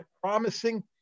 promising